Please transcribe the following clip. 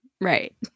right